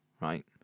right